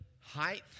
height